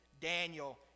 Daniel